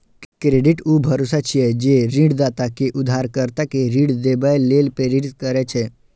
credit ऊ भरोसा छियै, जे ऋणदाता कें उधारकर्ता कें ऋण देबय लेल प्रेरित करै छै